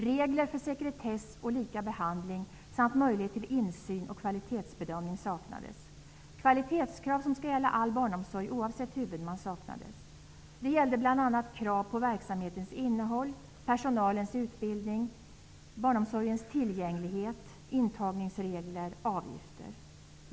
Regler för sekretess och likabehandling samt möjlighet till insyn och kvalitetsbedömning saknades. Kvalitetskrav som skall gälla all barnomsorg oavsett huvudman saknades. Det gällde bl.a. krav på verksamhetens innehåll, personalens utbildning, barnomsorgens tillgänglighet, intagningsregler, avgifter.